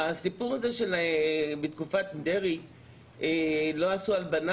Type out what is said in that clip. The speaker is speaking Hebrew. בסיפור הזה שבתקופת דרעי לא עשו הלבנה